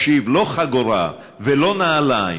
לא חגורה ולא נעליים,